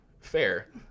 fair